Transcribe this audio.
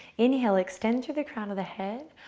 inhale extend to the crown of the head.